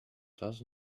does